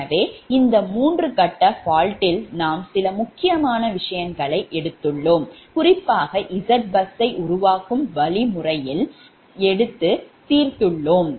எனவே இந்த 3 கட்ட faultயில் நாம் சில முக்கியமான விஷயங்களை எடுத்துள்ளோம் குறிப்பாக 𝑍 பஸ் உருவாக்கும் வழிமுறையில் எடுத்து தீர்த்துள்ளோம்